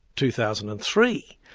two thousand and three.